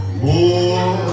more